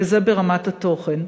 וזה ברמת התוכן.